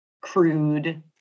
crude